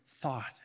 thought